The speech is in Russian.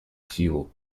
силу